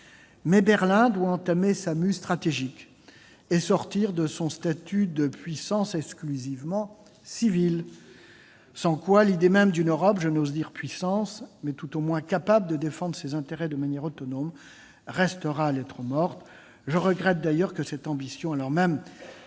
Mais Berlin doit entamer sa mue stratégique et sortir de son statut de puissance exclusivement civile, sans quoi l'idée même d'une Europe, je n'ose dire puissance, mais tout au moins capable de défendre ses intérêts de manière autonome, restera lettre morte. Je regrette d'ailleurs que cette ambition, alors même